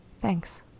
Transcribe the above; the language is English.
Thanks